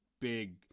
big